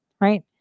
right